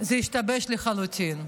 זה השתבש לחלוטין.